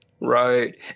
right